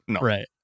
Right